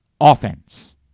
offense